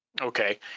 Okay